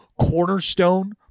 cornerstone